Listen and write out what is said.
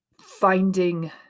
finding